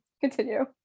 continue